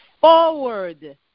forward